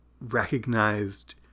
recognized